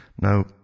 Now